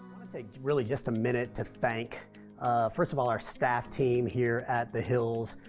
say really just a minute to thank first of all our staff team here at the hills,